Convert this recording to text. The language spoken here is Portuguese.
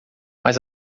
mas